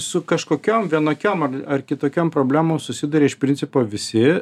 su kažkokiom vienokiom ar ar kitokiom problemos susiduria iš principo visi